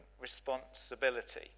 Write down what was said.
responsibility